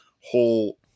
whole